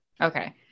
Okay